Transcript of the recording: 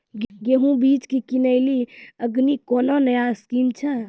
गेहूँ बीज की किनैली अग्रिम कोनो नया स्कीम छ?